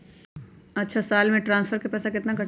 अछा साल मे ट्रांसफर के पैसा केतना कटेला?